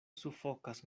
sufokas